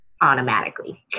automatically